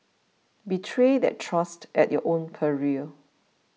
betray that trust at your own peril